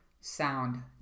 sound